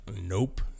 nope